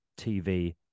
tv